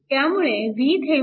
त्यामुळे VThevenin